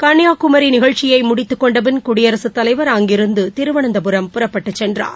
கன்னியாகுமிநிகழ்ச்சியைமுடித்துக் கொண்டபின் குடியரசுத்தலைவா் அங்கிருந்துதிருவனந்தபுரம் புறப்பட்டுச் சென்றார்